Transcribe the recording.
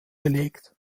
belegt